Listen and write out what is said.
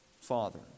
father